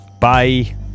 Bye